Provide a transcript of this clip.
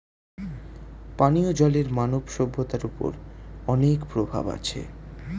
পানিও জলের মানব সভ্যতার ওপর অনেক প্রভাব আছে